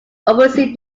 overseeing